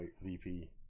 VP